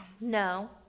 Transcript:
no